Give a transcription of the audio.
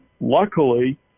Luckily